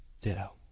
Ditto